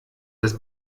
des